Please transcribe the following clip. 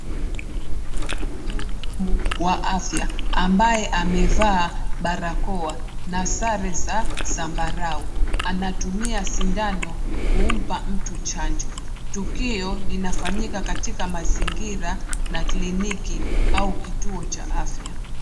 Mhudumu wa afya ambaye amevaa barakoa na sare za zambarau anatumia sindano kumpa mtu chanjo. Tukio linafanyika katika mazingira la kliniki au kituo cha afya.